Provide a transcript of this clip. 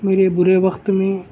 میرے بُرے وقت میں